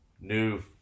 new